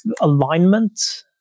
alignment